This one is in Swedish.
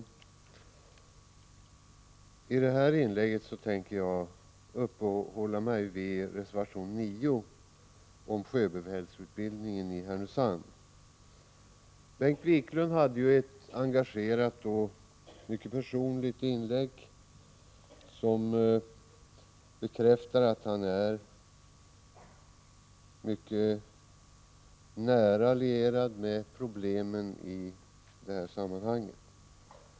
Fru talman! I detta inlägg tänker jag uppehålla mig vid reservation 9 om sjöbefälsutbildningen i Härnösand. Bengt Wiklund gjorde ett engagerat och mycket personligt inlägg, som bekräftar att han är mycket nära lierad med problemen i detta sammanhang.